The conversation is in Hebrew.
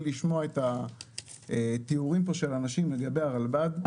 לשמוע את התיאורים של האנשים לגבי הרלב"ד.